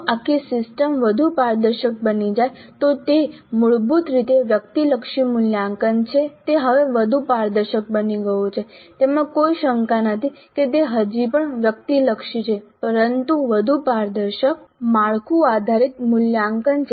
જો આખી સિસ્ટમ વધુ પારદર્શક બની જાય તો જે મૂળભૂત રીતે વ્યક્તિલક્ષી મૂલ્યાંકન છે તે હવે વધુ પારદર્શક બની ગયું છે તેમાં કોઈ શંકા નથી કે તે હજી પણ વ્યક્તિલક્ષી છે પરંતુ વધુ પારદર્શક માળખું આધારિત મૂલ્યાંકન છે